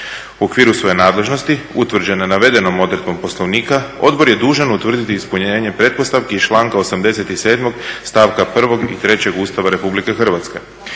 okviru svoje nadležnosti utvrđeno je navedenom odredbom Poslovnika Odbor je dužan utvrditi ispunjenje pretpostavki iz članka 87. stavka 1. i 3. Ustava Republike Hrvatske.